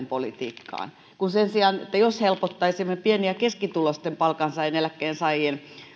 politiikkaan kun jos sen sijaan helpottaisimme pieni ja keskituloisten palkansaajien ja eläkkeensaajien